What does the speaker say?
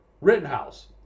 Rittenhouse